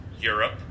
Europe